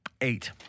Eight